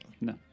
No